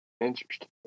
Interesting